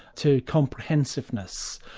to comprehensiveness,